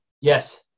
Yes